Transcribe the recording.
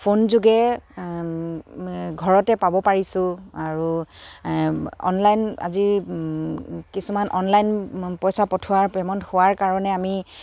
phone যোগে ঘৰতে পাব পাৰিছোঁ আৰু অনলাইন আজি কিছুমান অনলাইন পইচা পঠোৱাৰ পে'মেণ্ট হোৱাৰ কাৰণে আমি